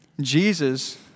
Jesus